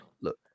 Look